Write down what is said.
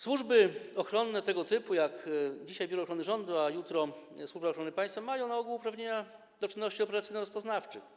Służby ochronne tego typu, jak dzisiaj Biuro Ochrony Rządu, a jutro Służba Ochrony Państwa, mają na ogół uprawnienia do czynności operacyjno-rozpoznawczych.